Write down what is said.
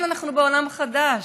כן, אנחנו בעולם חדש.